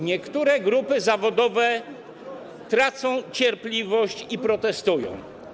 Niektóre grupy zawodowe tracą cierpliwość i protestują.